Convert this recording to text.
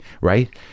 right